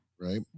right